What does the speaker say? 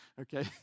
okay